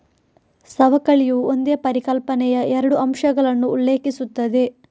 ಸವಕಳಿಯು ಒಂದೇ ಪರಿಕಲ್ಪನೆಯ ಎರಡು ಅಂಶಗಳನ್ನು ಉಲ್ಲೇಖಿಸುತ್ತದೆ